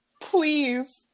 Please